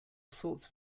sorts